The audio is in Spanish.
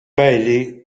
bailey